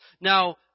Now